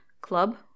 club